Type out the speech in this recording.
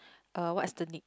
uh what's the name